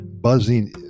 Buzzing